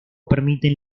permiten